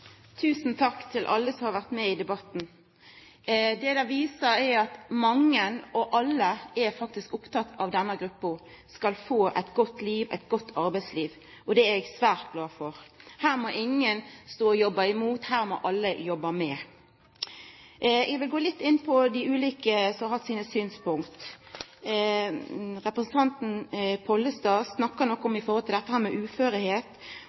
Tusen takk til alle som har vore med i debatten. Det debatten viser, er at mange – alle, faktisk – er opptekne av at denne gruppa skal få eit godt liv og eit godt arbeidsliv. Det er eg svært glad for. Her må ingen jobba mot, alle må jobba med. Eg vil gå litt inn på dei ulike